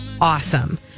awesome